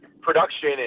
production